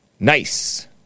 Nice